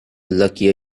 luckier